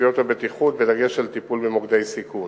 תשתיות הבטיחות, בדגש על טיפול במוקדי סיכון.